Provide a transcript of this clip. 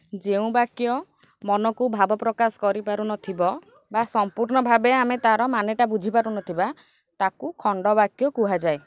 ଯେଉଁ ବାକ୍ୟ ମନକୁ ଭାବପ୍ରକାଶ କରିପାରୁନଥିବ ବା ସମ୍ପୂର୍ଣ୍ଣ ଭାବେ ଆମେ ତା'ର ମାନେଟା ବୁଝିପାରୁନଥିବା ତାକୁ ଖଣ୍ଡବାକ୍ୟ କୁହାଯାଏ